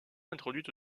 introduite